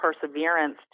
perseverance